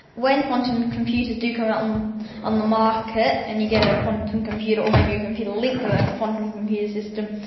when quantum computers do come out um on the market and you get a quantum computer or maybe a computer link to the quantum computer system,